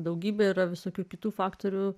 daugybė yra visokių kitų faktorių